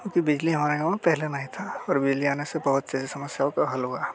क्योंकि बिजली हमारे गाँव में पहले नहीं थी और बिजली आने से बहुत सी समस्याओं का हल हुआ है